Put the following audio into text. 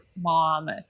mom